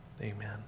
Amen